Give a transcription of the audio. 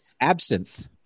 Absinthe